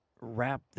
wrap